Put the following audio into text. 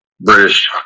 British